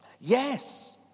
yes